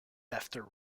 after